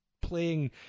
playing